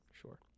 sure